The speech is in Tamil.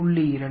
புள்ளி 2